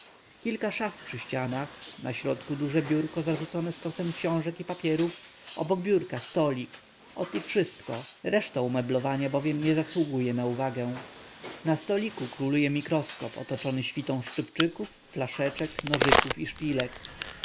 kilka szaf przy ścianach na środku duże biurko zarzucone stosem książek i papierów obok biurka stolik ot i wszystko reszta bowiem umeblowania nie za sługuje na uwagę na stoliku króluje mikroskop otoczony świtą szczypczyków flaszeczek nożyków i szpilek